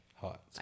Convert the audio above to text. hot